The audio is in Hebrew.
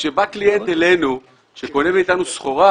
כשבא אלינו קליינט וקונה מאתנו סחורה,